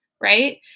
right